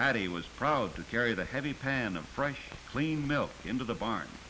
patty was proud to carry the heavy pan of fresh clean milk into the barn